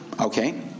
Okay